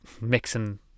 mixing